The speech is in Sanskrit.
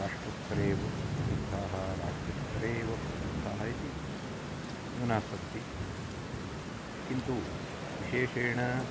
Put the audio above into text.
राष्ट्रस्तरे एव प्रसिद्धाः राज्यस्तरे एव प्रसिद्धाः इति न्यूनास्सन्ति किन्तु विशेषेण